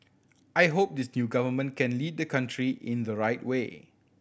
I hope this new government can lead the country in the right way